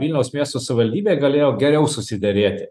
vilniaus miesto savivaldybė galėjo geriau susiderėti